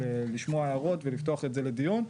לשמוע הערות ולפתוח את זה לדיון,